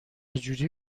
جوری